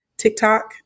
TikTok